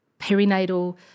perinatal